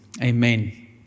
Amen